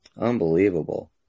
Unbelievable